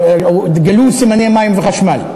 אבל התגלו סימני מים וחשמל.